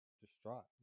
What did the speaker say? distraught